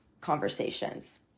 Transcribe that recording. conversations